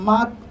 Mark